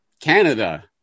Canada